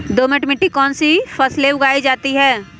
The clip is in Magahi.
दोमट मिट्टी कौन कौन सी फसलें उगाई जाती है?